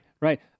Right